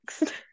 next